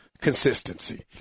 consistency